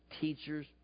teachers